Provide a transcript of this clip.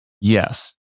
Yes